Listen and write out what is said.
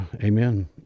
Amen